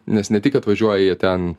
nes ne tik atvažiuoja jie ten